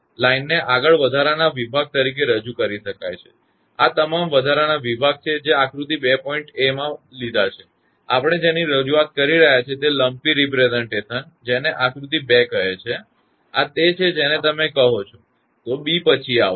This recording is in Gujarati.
આ લાઇનને આગળ વધારાના વિભાગ તરીકે રજૂ કરી શકાય છે આ તમામ વધારાના વિભાગ છે જે તમે આકૃતિ 2 માં લીધો છે અને આપણે જેની રજૂઆત કરી રહ્યા છીએ તે લમ્પી રજૂઆત જેને આકૃતિ 2 કહે છે અને આ તે છે જેને તમે કહો છો તો બી પછી આવશે